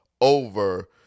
over